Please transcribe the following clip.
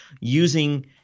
using